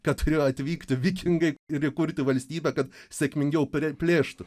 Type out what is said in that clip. kad turėjo atvykti vikingai ir įkurti valstybę kad sėkmingiau per plėštų